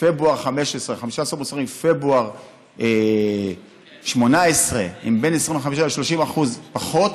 מפברואר 2015 ו-15 מוצרים מפברואר 2018 עם בין 25% ל-30% פחות?